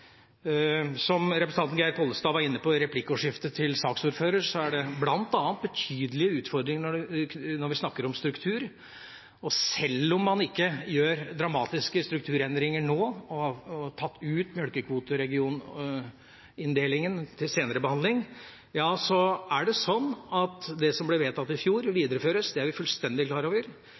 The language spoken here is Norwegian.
Som representanten Geir Pollestad var inne på i replikkordskiftet med saksordføreren, er det bl.a. betydelige utfordringer når vi snakker om struktur. Sjøl om man ikke gjør dramatiske strukturendringer nå og har tatt ut melkekvoteregioninndelingen for senere behandling, er det sånn at det som ble vedtatt i fjor, videreføres. Det er vi fullstendig klar over.